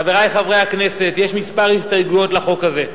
חברי חברי הכנסת, יש כמה הסתייגויות לחוק הזה,